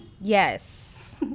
Yes